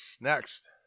Next